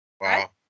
wow